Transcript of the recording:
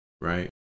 right